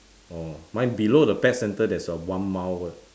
orh mine below the pet centre there's a one mile word